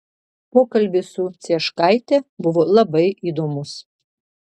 pokalbis su cieškaite buvo labai įdomus